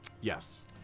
Yes